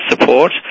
support